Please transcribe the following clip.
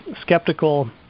skeptical